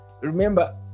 remember